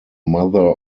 mother